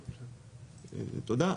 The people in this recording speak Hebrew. תודה.